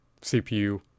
CPU